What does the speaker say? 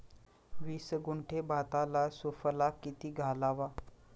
वीस गुंठे भाताला सुफला किती घालावा?